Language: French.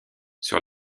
sur